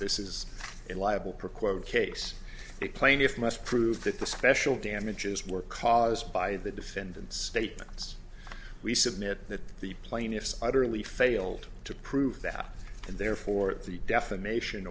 this is in liable for quote case the plaintiffs must prove that the special damages were caused by the defendant's statements we submit that the plaintiffs utterly failed to prove that and therefore the defamation